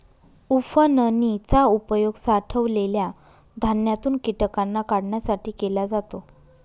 उफणनी चा उपयोग साठवलेल्या धान्यातून कीटकांना काढण्यासाठी केला जातो